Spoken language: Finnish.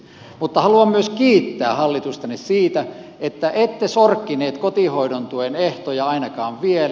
mutta haluan myös kiittää hallitustanne siitä että ette sorkkineet kotihoidon tuen ehtoja ainakaan vielä